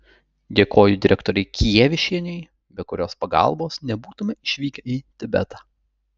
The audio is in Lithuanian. dėkoju direktorei kievišienei be kurios pagalbos nebūtume išvykę į tibetą